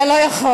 אתה לא יכול.